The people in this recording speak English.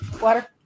Water